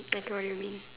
that's what you mean